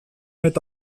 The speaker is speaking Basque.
eta